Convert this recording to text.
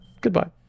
Goodbye